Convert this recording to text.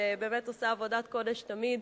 שבאמת עושה עבודת קודש תמיד,